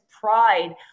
pride